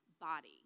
body